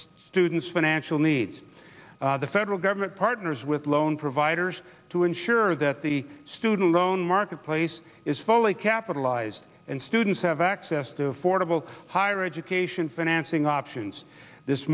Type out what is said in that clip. students financial needs the federal government partners with loan providers to ensure that the student loan marketplace is fully capitalized and students have access to affordable higher education financing options this